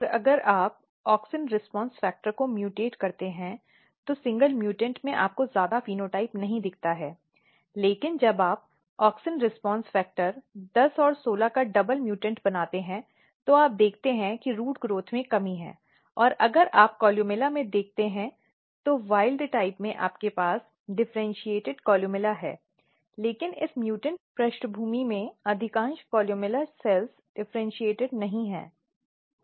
और अगर आप ऑक्सिन रिस्पॉन्स फैक्टर को म्यूटेट करते हैं तो सिंगल म्यूटेंट में आपको ज्यादा फेनोटाइप नहीं दिखता है लेकिन जब आप ऑक्सिन रिस्पॉन्स फैक्टर 10 और 16 का डबल म्यूटेंट बनाते हैं तो आप देखते हैं कि रूट ग्रोथ में कमी है और अगर आप कोलुमेला में दिखते हैं तो जंगली टाइप में आपके पास डिफ़र्इन्चीएटिड कोल्युमेला है लेकिन इस म्यूटेंट पृष्ठभूमि में अधिकांश कोलुमेला कोशिकाओं डिफ़र्इन्चीएटिड नहीं हैं